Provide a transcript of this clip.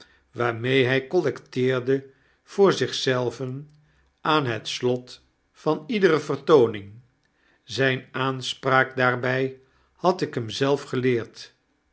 theeschoteltje waarmeehy collecteerde voor zich zelven aan het slot van iedere vertooning zyne aanspraak daarby had ik hem zelf geleerd